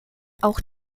auch